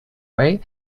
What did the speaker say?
way